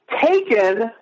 taken